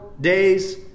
days